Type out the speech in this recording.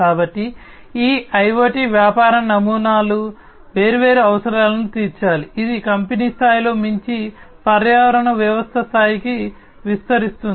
కాబట్టి ఈ IoT వ్యాపార నమూనాలు వేర్వేరు అవసరాలను తీర్చాలి ఇది కంపెనీ స్థాయిలో మించి పర్యావరణ వ్యవస్థ స్థాయికి విస్తరిస్తుంది